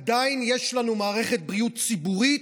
עדיין יש לנו מערכת בריאות ציבורית,